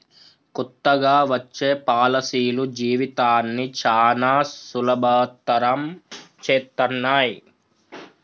కొత్తగా వచ్చే పాలసీలు జీవితాన్ని చానా సులభతరం చేత్తన్నయి